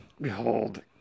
Behold